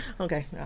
Okay